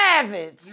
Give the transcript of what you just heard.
Savage